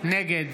נגד